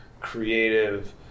creative